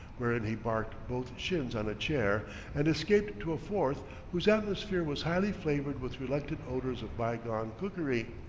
wherein he barked both shins on a chair and escaped to a fourth whose atmosphere was highly flavored with reluctant odors of bygone cookery,